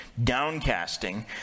downcasting